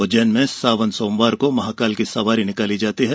उज्जैन में सावन सोमवार को महाकाल की सवारी निकाली जाती है